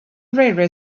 railway